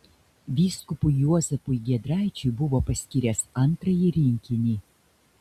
vyskupui juozapui giedraičiui buvo paskyręs antrąjį rinkinį